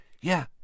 Yeah